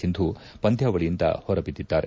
ಸಿಂಧು ಪಂದ್ಯಾವಳಿಯಿಂದ ಹೊರಬಿದ್ದಿದ್ದಾರೆ